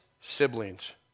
siblings